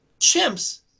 Chimps